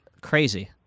Crazy